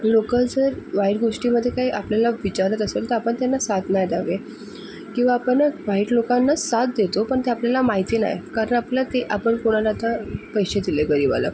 लोक जर वाईट गोष्टीमध्ये काय आपल्याला विचारत असेल तर आपण त्यांना साथ नाही द्यावे किंवा आपण वाईट लोकांना साथ देतो पण ते आपल्याला माहिती नाही कारण आपल्या ते आपण कोणाला ठ पैसे दिले गरीबाला